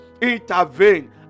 intervene